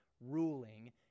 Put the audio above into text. ruling